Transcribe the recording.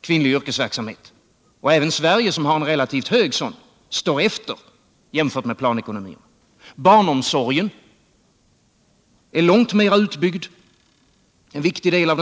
kvinnlig yrkesverksamhet, och även Sverige, som har relativt hög kvinnlig yrkesverksamhet, ligger efter jämfört med planekonomierna. Barnomsorgen är långt mera utbyggd i planekonomierna.